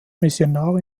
missionar